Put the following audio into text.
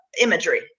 imagery